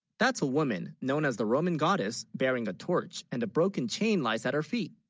that's a woman known as the roman goddess bearing a torch and a broken chain, lies at her feet